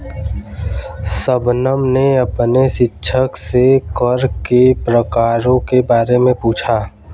शबनम ने अपने शिक्षक से कर के प्रकारों के बारे में पूछा